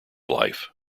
life